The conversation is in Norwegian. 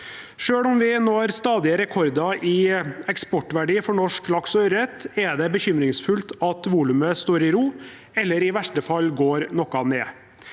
Selv om vi stadig når rekorder i eksportverdi for norsk laks og ørret, er det bekymringsfullt at volumet står i ro eller i verste fall går noe ned.